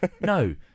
No